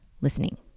listening